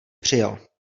přijel